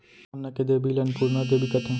अन्न के देबी ल अनपुरना देबी कथें